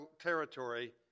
territory